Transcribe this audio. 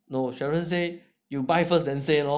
no cheryl you buy first then say lor